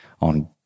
on